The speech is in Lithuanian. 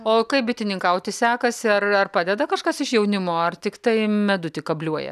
o kaip bitininkauti sekasi ar ar padeda kažkas iš jaunimo ar tiktai medutį kabliuoja